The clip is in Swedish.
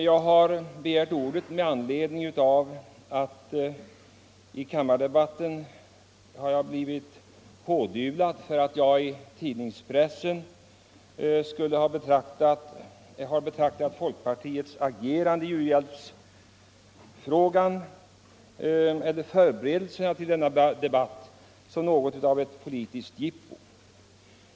Jag har begärt ordet med anledning av att jag i kammardebatten har blivit pådyvlad att jag i tidningspressen skulle ha betraktat folkpartiets agerande i uhjälpsfrågan vid förberedelserna till denna debatt som något av ett politiskt jippo.